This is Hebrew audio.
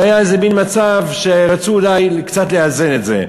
והיה איזה מין מצב שרצו אולי קצת לאזן את זה.